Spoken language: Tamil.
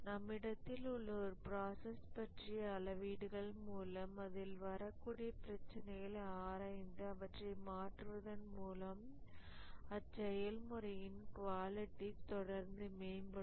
நம்மிடத்தில் உள்ள ஒரு ப்ராசஸ் பற்றிய அளவீடுகள் மூலம் அதில் வரக்கூடிய பிரச்சினைகளை ஆராய்ந்து அவற்றை மாற்றுவதன் மூலம் அச்செயல்முறையின் குவாலிட்டி தொடர்ந்து மேம்படும்